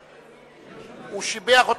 כן, לא שמעתי.